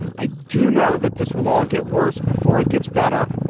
i do know that this will all get worse before it gets better.